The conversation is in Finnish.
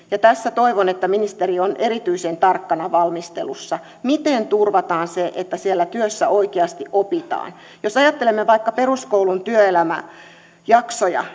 ja tässä toivon että ministeri on erityisen tarkkana valmistelussa miten turvataan se että siellä työssä oikeasti opitaan jos ajattelemme vaikka peruskoulun työelämäjaksoja